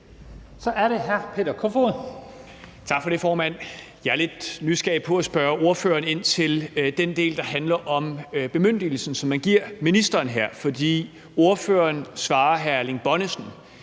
Kl. 15:02 Peter Kofod (DF): Tak for det, formand. Jeg er lidt nysgerrig i forhold til at spørge ordføreren ind til den del, der handler om bemyndigelsen, som man giver ministeren her, for ordføreren svarer hr. Erling Bonnesen,